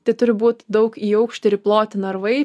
tai turi būt daug į aukštį ir į plotį narvai